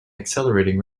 accelerating